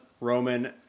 Roman